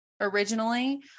originally